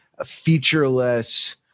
featureless